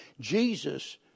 Jesus